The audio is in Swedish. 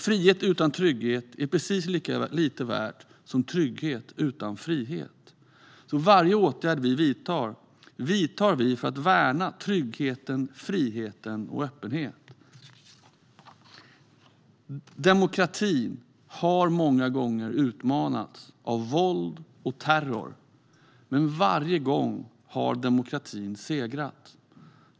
Frihet utan trygghet är precis lika lite värt som trygghet utan frihet. Varje åtgärd vi vidtar vidtar vi för att värna tryggheten, friheten och öppenheten. Demokratin har många gånger utmanats av våld och terror. Men varje gång har demokratin segrat.